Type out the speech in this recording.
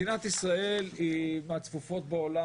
מדינת ישראל היא מהצפופות בעולם,